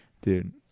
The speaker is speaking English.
dude